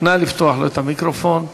אדוני היושב-ראש, תודה רבה,